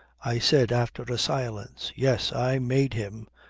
i said after a silence. yes, i made him.